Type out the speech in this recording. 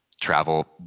travel